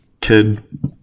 kid